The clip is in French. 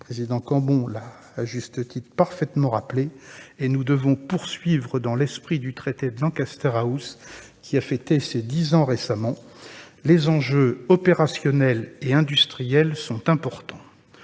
étrangères l'a à juste titre parfaitement rappelé. Nous devons poursuivre dans l'esprit des accords de Lancaster House, qui ont fêté leurs dix ans récemment. Les enjeux opérationnels et industriels sont importants.